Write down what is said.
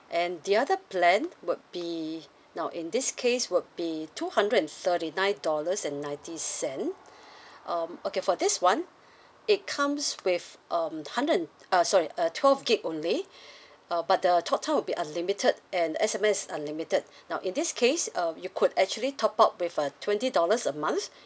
and the other plan would be now in this case would be two hundred and thirty nine dollars and ninety cent um okay for this one it comes with um hundred and uh sorry uh twelve gig only uh but the talk time will be unlimited and S_M_S unlimited now in this case um you could actually top up with a twenty dollars a month